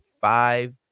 five